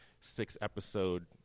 six-episode